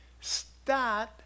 Start